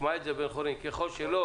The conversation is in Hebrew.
ככל שלא